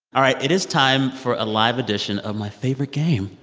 all right. it is time for a live edition of my favorite game,